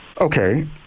Okay